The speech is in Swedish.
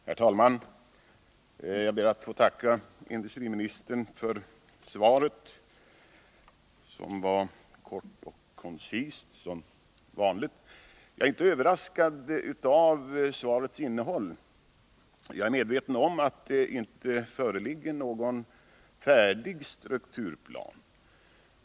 Herr talman! Jag ber att få tacka industriministern för svaret — det var kort och koncist som vanligt. Jag är inte överraskad av svarets innehåll. Jag är medveten om att det inte föreligger någon färdig strukturplan.